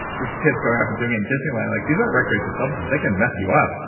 there's kids going off and doing it in disneyland. like these aren't recreational substances. they can mess you up,